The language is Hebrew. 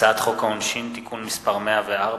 הצעת חוק העונשין (תיקון מס' 104),